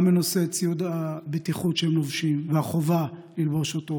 וגם בנושא ציוד הבטיחות שהם לובשים והחובה ללבוש אותו,